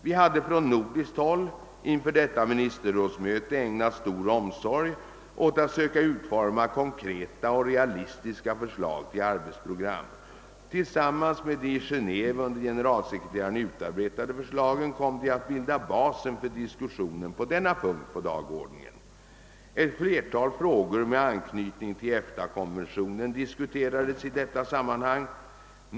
Vi hade från nordiskt håll inför detta ministerrådsmöte ägnat stor omsorg åt att söka utforma konkreta och realistiska förslag till arbetsprogram. Tillsammans med de i Genéve under generalsekreteraren utarbetade förslagen kom de att bilda basen för diskussionen på denna punkt på dagordningen. Ett flertal frågor med anknytning till EFTA-konventionen diskuterades i detta sammanhang.